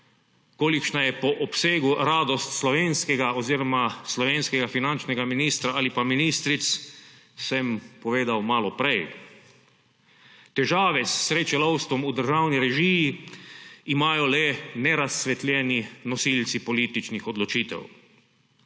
Kolikšna je po obsegu radost slovenskega finančnega ministra ali pa ministric, sem povedal malo prej. Težave s srečelovstvom v državni režiji imajo le nerazsvetljeni nosilci političnih odločitev.